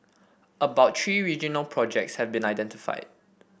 about three regional projects have been identified